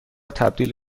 تبدیل